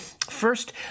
first